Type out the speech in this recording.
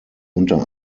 unter